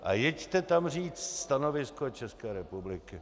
A jeďte tam říct stanovisko České republiky.